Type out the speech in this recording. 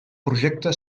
projecte